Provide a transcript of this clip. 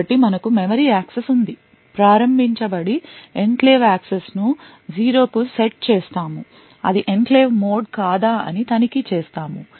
కాబట్టి మనకు memory access ఉంది ప్రారంభించబడి ఎన్క్లేవ్ యాక్సెస్ను 0 కి సెట్ చేస్తాము అది ఎన్క్లేవ్ మోడ్ కాదా అని తనిఖీ చేస్తాము